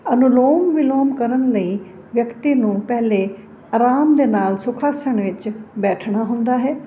ਅਨੁਲੋਮ ਵਿਲੋਮ ਕਰਨ ਲਈ ਵਿਅਕਤੀ ਨੂੰ ਪਹਿਲਾਂ ਆਰਾਮ ਦੇ ਨਾਲ ਸੁਖਾਸਨ ਵਿੱਚ ਬੈਠਣਾ ਹੁੰਦਾ ਹੈ